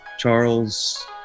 Charles